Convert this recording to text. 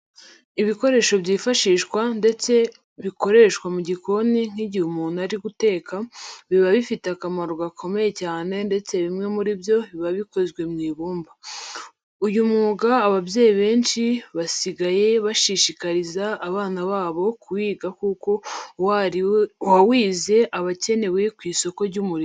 Ibikoresho byifashishwa ndetse bikoreshwa mu gikoni nk'igihe umuntu ari guteka biba bifite akamaro gakomeye cyane ndetse bimwe muri byo biba bikozwe mu ibumba. Uyu mwuga ababyeyi benshi basigaye bashishikariza abana babo kuwiga kuko uwawize aba akenewe ku isoko ry'umurimo.